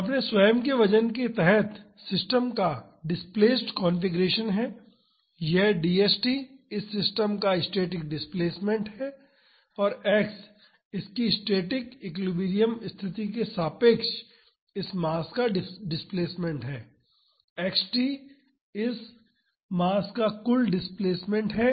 तो अपने स्वयं के वजन के तहत सिस्टम का डिस्प्लेस्ड कॉन्फ़िगरेशन है यह dst इस सिस्टम का स्टैटिक डिस्प्लेसमेंट है और x इसकी स्टैटिक एक्विलिब्रियम स्थिति के सापेक्ष इस मास का डिस्प्लेसमेंट है xt इस मास का कुल डिस्प्लेसमेंट है